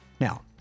Now